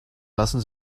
lassen